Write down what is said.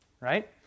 right